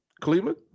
Cleveland